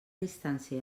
distància